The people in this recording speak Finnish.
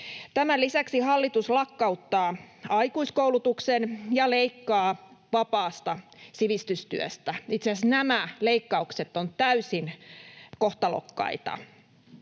Tämän lisäksi hallitus lakkauttaa aikuiskoulutuksen ja leikkaa vapaasta sivistystyöstä. Itse asiassa nämä leikkaukset ovat täysin kohtalokkaita.